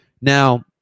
Now